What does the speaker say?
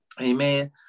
Amen